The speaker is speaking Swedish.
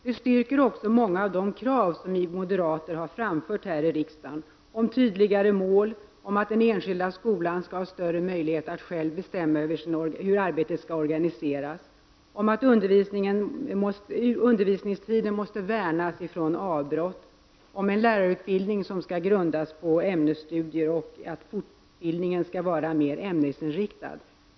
Den styrker vidare många av de krav som vi moderater har framfört här i riksdagen om tydligare mål, om att den enskilda skolan skall ha större möjlighet att själv bestämma hur arbetet skall organiseras, om att undervisningstiden måste värnas från avbrott, om en lärarutbildning som skall grundas på ämnesstudier och att fortbildningen skall vara mer ämnesinriktad.